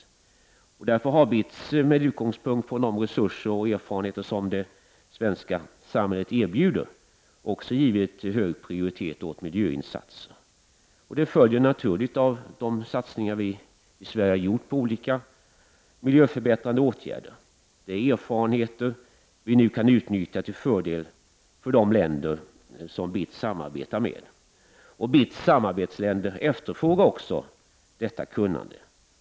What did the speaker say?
BITS har därför, med utgångspunkt från de resurser och erfarenheter som det svenska samhället erbjuder, också givit hög prioritet, åt miljöinsatser. Detta följer naturligt av de satsningar vi i Sverige har gjort på olika miljöförbättrande åtgärder. Detta är erfarenheter vi nu kan utnyttja till fördel för de länder som BITS samarbetar med. BITS samarbetsländer efterfrågar också detta kunnande.